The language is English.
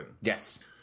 yes